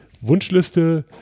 Wunschliste